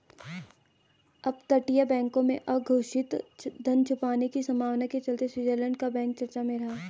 अपतटीय बैंकों में अघोषित धन छुपाने की संभावना के चलते स्विट्जरलैंड का बैंक चर्चा में रहा